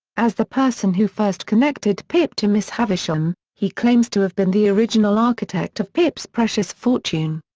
as the person who first connected pip to miss havisham, he claims to have been the original architect of pip's precious fortune.